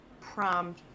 prom